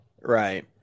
Right